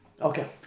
Okay